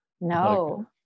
No